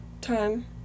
time